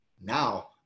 Now